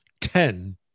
ten